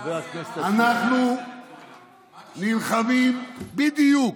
חבר הכנסת, אנחנו נלחמים, בדיוק.